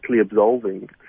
absolving